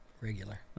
Regular